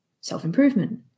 self-improvement